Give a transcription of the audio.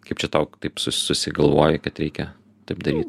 kaip čia tau taip susigalvojai kad reikia taip daryt